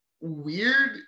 weird